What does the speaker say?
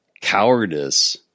cowardice